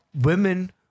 women